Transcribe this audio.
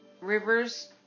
rivers